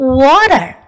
water